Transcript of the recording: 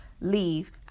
Leave